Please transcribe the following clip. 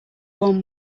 one